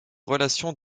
relations